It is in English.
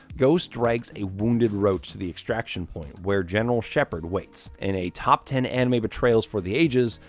ghost drags a wounded roach to the extraction point, where general shepherd waits. in a top ten anime betrayals for the ages,